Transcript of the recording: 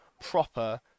proper